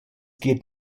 geht